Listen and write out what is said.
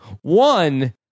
One